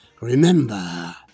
Remember